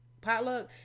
potluck